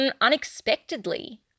unexpectedly